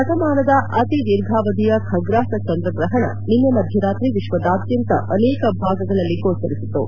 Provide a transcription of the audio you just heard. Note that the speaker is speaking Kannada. ತಮಾನದ ಅತಿ ದೀರ್ಘಾವಧಿಯ ಖಗ್ರಾಸ್ ಚಂದ್ರಗ್ರಪಣ ನಿನ್ನೆ ಮಧ್ಯರಾತ್ರಿ ವಿಶ್ವದಾದ್ಯಂತ ಅನೇಕ ಭಾಗಗಳಲ್ಲಿ ಗೋಚರಿಸಿತು